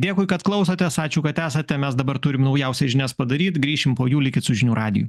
dėkui kad klausotės ačiū kad esate mes dabar turim naujausias žinias padaryt grįšim po jų likit su žinių radiju